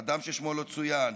אדם ששמו לא צוין,